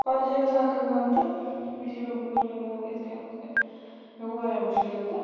پتہٕ چھِ گَژھان کٲم تہٕ یُتھٕے مےٚ بوز وۄنۍ یِمو ووٚن یِتھ کٔنۍ ہُتھ کٔنۍ مےٚ گوٚو وارِیاہ مُشکِل تہٕ